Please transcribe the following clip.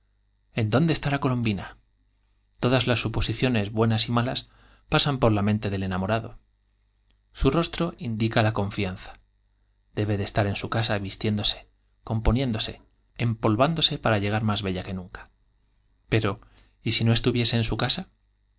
en dónde estará colombina todas las suposiciones buenas y malas pasan por la mente del enamorado su rostro indica la confianza debe de estar en su casa vistiéndose empol componiéndose vándose para llegar másbella que nunca pero y sí no estuvie se en su casa